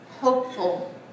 hopeful